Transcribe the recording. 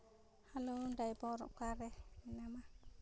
hello driver ᱚᱠᱟᱨᱮ ᱢᱮᱱᱟᱢᱟ